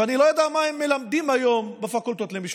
ואני לא יודע מה הם מלמדים היום בפקולטות למשפטים.